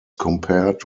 compared